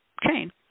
chain